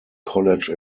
college